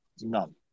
None